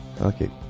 Okay